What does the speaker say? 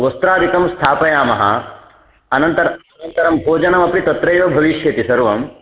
वस्त्रादिकं स्थापयामः अनन्तर अनन्तरं भोजनमपि तत्रैव भविष्यति सर्वं